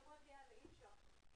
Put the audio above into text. מדובר בדיון שלישי בנושא.